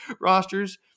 rosters